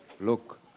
Look